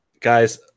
Guys